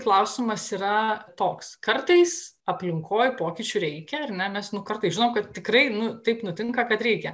klausimas yra toks kartais aplinkoj pokyčių reikia ir na mes nu kartais žinom kad tikrai nu taip nutinka kad reikia